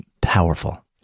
powerful